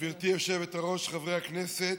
גברתי היושבת-ראש, חברי הכנסת,